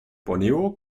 borneo